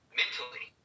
mentally